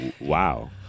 Wow